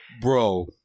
bro